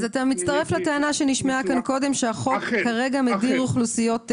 אתה מצטרף לטענה שנשמעה פה קודם שהחוק מדיר כרגע אוכלוסיות שלמות.